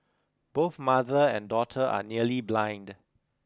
both mother and daughter are nearly blind